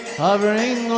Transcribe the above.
hovering